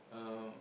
uh